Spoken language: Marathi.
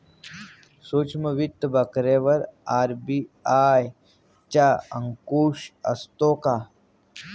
सूक्ष्म वित्त बँकेवर आर.बी.आय चा अंकुश असतो का?